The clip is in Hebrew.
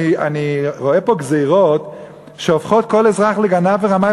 אני רואה פה גזירות שהופכות כל אזרח לגנב ורמאי.